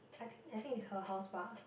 I think I think is her house bah